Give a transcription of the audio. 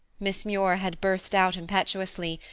miss muir had burst out impetuously,